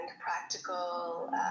practical